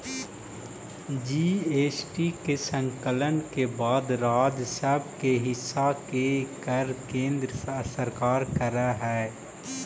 GST के संकलन के बाद राज्य सब के हिस्सा के कर केन्द्र सरकार कर हई